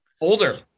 Older